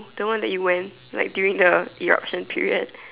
the one that you went like during the eruption period